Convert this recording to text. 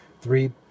Three